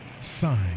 Sign